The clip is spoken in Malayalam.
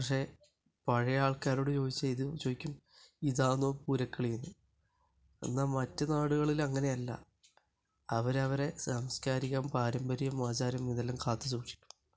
പക്ഷെ പഴയ ആള്ക്കാരോട് ചോദിച്ചാൽ ഇത് ചോദിക്കും ഇതാണോ പൂരക്കളി എന്ന് എന്നാൽ മറ്റു നാടുകളില് അങ്ങനെയല്ല അവർ അവരെ സാംസ്കാരികം പാരമ്പര്യം ആചാരം ഇതെല്ലാം കാത്തു സൂക്ഷിക്കും